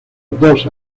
dos